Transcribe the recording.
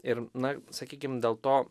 ir na sakykim dėl to